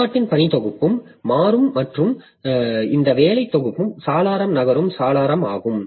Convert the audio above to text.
செயல்பாட்டின் பணி தொகுப்பும் மாறும் மற்றும் இந்த வேலை தொகுப்பு சாளரம் நகரும் சாளரம் ஆகும்